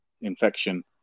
infection